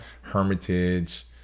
Hermitage